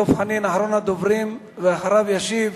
חבר הכנסת דב חנין, אחרון הדוברים, ואחריו ישיב